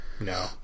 no